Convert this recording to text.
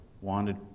wanted